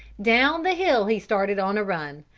down the hill he started on a run,